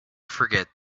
forget